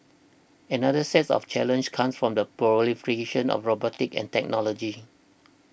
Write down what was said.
another set of challenge comes from the proliferation of robotics and technology